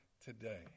today